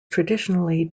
traditionally